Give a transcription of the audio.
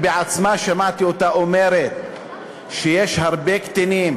שמעתי אותה עצמה אומרת שיש הרבה קטינים